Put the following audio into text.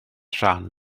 rhan